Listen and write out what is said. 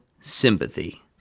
Sympathy